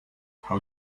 how